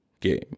game